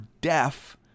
deaf